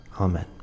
Amen